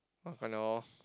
half an hour